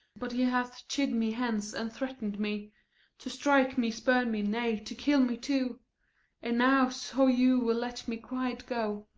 but he hath chid me hence, and threat'ned me to strike me, spurn me, nay, to kill me too and now, so you will let me quiet go,